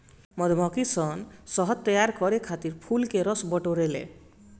मधुमक्खी सन शहद तैयार करे खातिर फूल के रस बटोरे ले